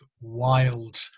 wild